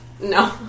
No